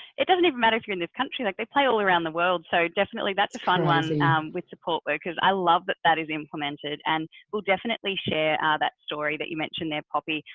it doesn't even matter if you're in this country like they play all around the world. so definitely, that's a fun one and um with support workers. i love that that is implemented and we'll definitely share ah that story that you mentioned there, poppy.